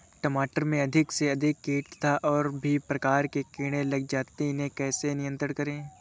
टमाटर में अधिक से अधिक कीट तथा और भी प्रकार के कीड़े लग जाते हैं इन्हें कैसे नियंत्रण करें?